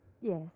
Yes